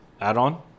add-on